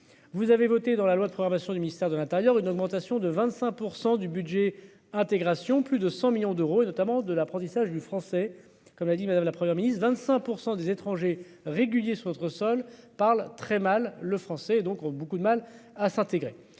Vous avez voté dans la loi de programmation du ministère de l'Intérieur, une augmentation de 25% du budget intégration plus de 100 millions d'euros et notamment de l'apprentissage du français comme l'a dit madame, la Première ministre, 25 pour des étrangers réguliers sur notre sol parle très mal le français, donc, ont beaucoup de mal à s'intégrer.